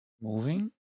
moving